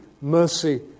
mercy